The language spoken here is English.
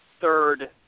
third